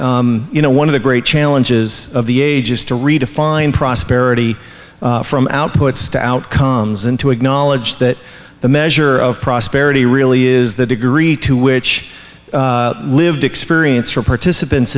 that you know one of the great challenges of the age is to redefine prosperity from outputs to outcomes and to acknowledge that the measure of prosperity really is the degree to which lived experience for participants